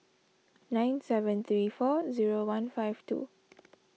nine seven three four zero one five two